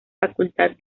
facultad